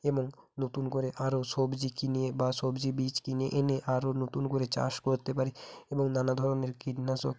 এবং নতুন করে আরও সবজি কিনে বা সবজি বীজ কিনে এনে আরও নতুন করে চাষ করতে পারি এবং নানা ধরনের কীটনাশক